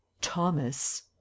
Thomas